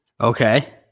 Okay